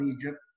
Egypt